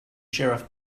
sheriff